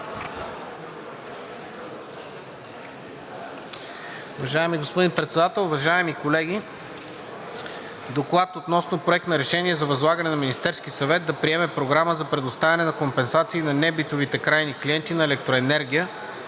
Уважаеми господин Председател, уважаеми колеги! „ДОКЛАД относно Проект на решение за възлагане на Министерския съвет да приеме програма за предоставяне на компенсации на небитовите крайни клиенти на електроенергия,